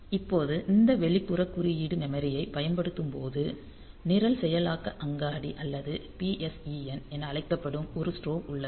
இப்போது இந்த வெளிப்புற குறியீடு மெமரியைப் பயன்படுத்தும் போது நிரல் செயலாக்க அங்காடி அல்லது PSEN என அழைக்கப்படும் ஒரு ஸ்ட்ரோப் உள்ளது